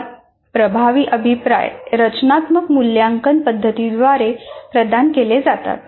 सर्वात प्रभावी अभिप्राय रचनात्मक मूल्यांकन पद्धतीद्वारे प्रदान केले जातात